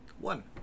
One